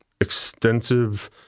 extensive